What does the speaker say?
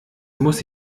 muss